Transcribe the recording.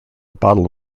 bottle